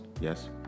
Yes